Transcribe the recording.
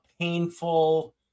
painful